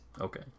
okay